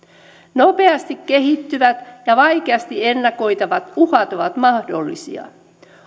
nopeasti kehittyvät ja vaikeasti ennakoitavat uhat ovat mahdollisia